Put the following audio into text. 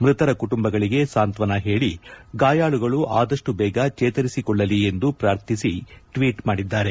ಮೃತರ ಕುಟುಂಬಗಳಿಗೆ ಸಾಂತ್ವನ ಹೇಳಿ ಗಾಯಾಳುಗಳು ಆದಷ್ಟು ಬೇಗ ಚೇತರಿಸಿಕೊಳ್ಳಲಿ ಎಂದು ಪ್ರಾರ್ಥಿಸಿ ಟ್ವೀಟ್ ಮಾಡಿದ್ದಾರೆ